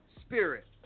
spirit